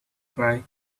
cry